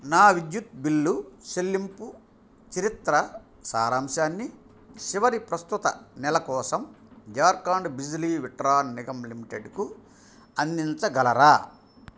నా విద్యుత్ బిల్లు చెల్లింపు చరిత్ర సారాంశాన్ని చివరి ప్రస్తుత నెల కోసం జార్ఖండ్ బిజ్లి విట్రాన్ నిగమ్ లిమిటెడ్కు అందించగలరా